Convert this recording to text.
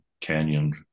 Canyon